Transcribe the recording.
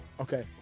Okay